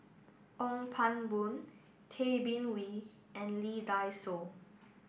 Ong Pang Boon Tay Bin Wee and Lee Dai Soh